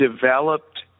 developed